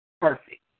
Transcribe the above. perfect